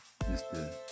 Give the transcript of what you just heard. Mr